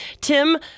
Tim